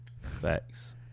Facts